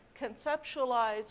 conceptualize